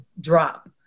drop